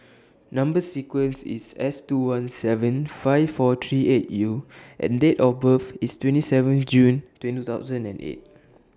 Number sequence IS S two one seven five four three eight U and Date of birth IS twenty seven June two thousand and eight